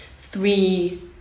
three